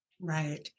Right